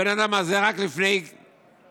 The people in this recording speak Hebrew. הבן אדם הזה, רק לפני חודש-חודשיים